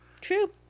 True